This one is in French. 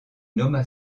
nomma